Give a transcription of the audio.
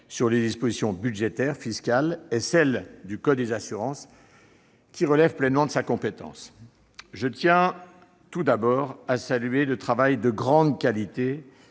sur les dispositions budgétaires, fiscales et du code des assurances, qui relèvent pleinement de sa compétence. Je tiens, pour commencer, à saluer le travail de grande qualité